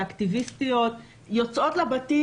האקטיביסטיות יוצאות לבתים.